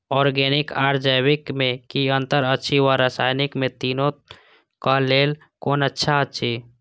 Organic आर जैविक में कि अंतर अछि व रसायनिक में तीनो क लेल कोन अच्छा अछि?